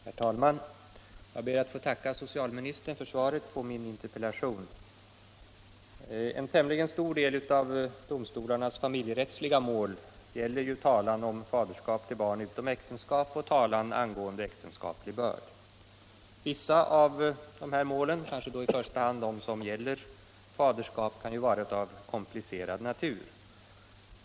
Herr talman! Jag ber att få tacka socialministern för svaret på min interpellation. En tämligen stor del av domstolarnas familjerättsliga mål gäller talan om faderskap till barn utom äktenskap och talan angående äktenskaplig börd. Vissa av dessa mål, kanske i första hand de som gäller faderskap, kan vara av komplicerad natur.